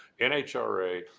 NHRA